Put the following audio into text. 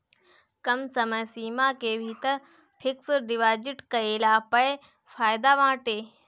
कम समय सीमा के भीतर फिक्स डिपाजिट कईला पअ फायदा बाटे